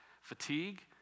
fatigue